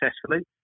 successfully